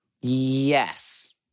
Yes